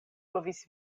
povis